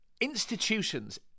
Institutions